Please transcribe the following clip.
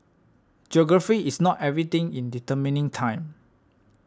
geography is not everything in determining time